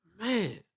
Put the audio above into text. Man